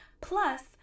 plus